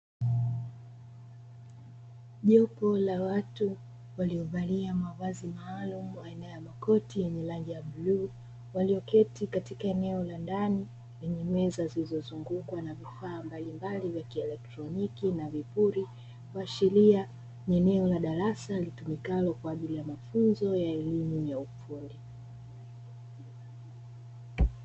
Jopo la watu walio valia mavazi maalumu, aina ya makoti yenye rangi ya bluu walio keti katika eneo la ndani lenye meza zilizo zungukwa na vifaa mbalimbali vya kielectroniki na vipuli kuashilia ni eneo la darasa litumikalo kwa ajiri mafunzo ya elimu ya ufundi.